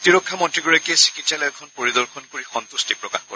প্ৰতিৰক্ষা মন্ত্ৰীগৰাকীয়ে চিকিৎসালয়খন পৰিদৰ্শন কৰি সন্ত্ৰষ্টি প্ৰকাশ কৰে